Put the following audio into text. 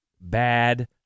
bad